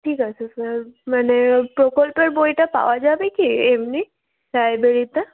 ঠিক আছে স্যার মানে প্রকল্পের বইটা পাওয়া যাবে কি এমনি লাইব্রেরিতে